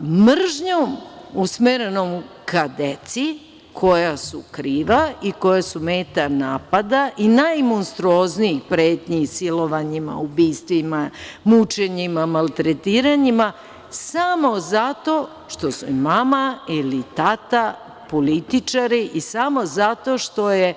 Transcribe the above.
mržnjom usmerenom ka deci, koja su kriva i koja su meta napada i najmonstruoznijih pretnji silovanjima, ubistvima, mučenjima, maltretiranjima, samo zato što su im mama ili tata političari i samo zato što je